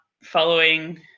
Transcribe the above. following